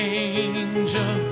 angel